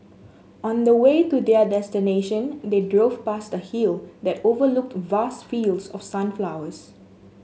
on the way to their destination they drove past the hill that overlooked vast fields of sunflowers